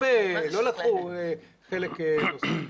לא לקחו חלק אחר.